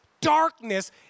darkness